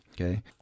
Okay